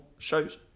Shows